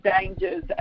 dangers